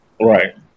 Right